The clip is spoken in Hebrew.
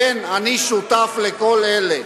כן, אני שותף לכל אלה.